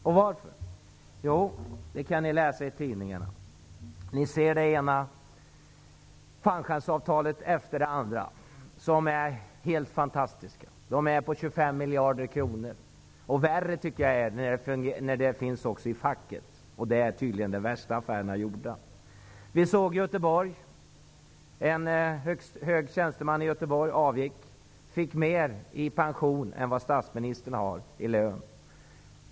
Varför? Det kan ni läsa i tidningarna. Ni ser det ena fallskärmsavtalet efter det andra, och de är helt fantastiska. De är på 25 miljoner kronor! Värre tycker jag det är när vi har dem också i facket, och där är tydligen de värsta affärerna gjorda. En hög tjänsteman i Göteborg avgick och fick mer i pension än vad statsministern har i lön.